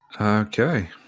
Okay